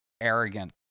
arrogant